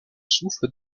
souffle